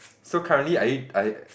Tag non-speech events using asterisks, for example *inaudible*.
so currently are you are *noise*